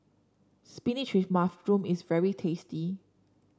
spinach with mushroom is very tasty